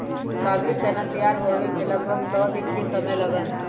काबुली चना तैयार होवे में लगभग सौ दिन के समय लगा हई